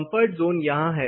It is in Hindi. कंफर्ट जोन यहाँ है